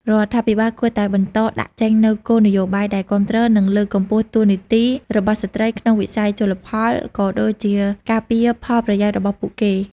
រដ្ឋាភិបាលគួរតែបន្តដាក់ចេញនូវគោលនយោបាយដែលគាំទ្រ និងលើកកម្ពស់តួនាទីរបស់ស្ត្រីក្នុងវិស័យជលផល ក៏ដូចជាការពារផលប្រយោជន៍របស់ពួកគេ។